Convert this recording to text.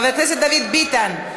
חבר הכנסת דוד ביטן,